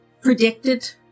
predicted